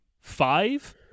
five